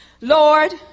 Lord